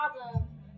problem